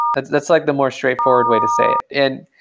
that's that's like the more straightforward way to say it. and